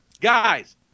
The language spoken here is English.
Guys